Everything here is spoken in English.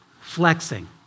Flexing